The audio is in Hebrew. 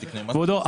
כבודו,